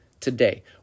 today